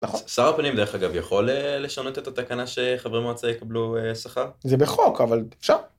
נכון. שר הפנים דרך אגב יכול לשנות את התקנה שחברי מועצה יקבלו שכר? זה בחוק, אבל אפשר.